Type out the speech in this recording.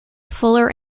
fuller